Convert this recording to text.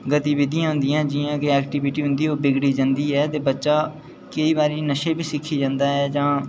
गतिविधियां होंदियां जि'यां कि एक्टीविटी होंदी ऐ ओह् बिगड़ी जंदी ऐ ते बच्चा केईं बारी नशे बी सिक्खी जंदा ऐ जां